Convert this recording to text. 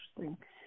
interesting